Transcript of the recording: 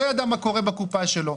לא ידע מה קורה בקופה שלו.